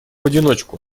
одиночку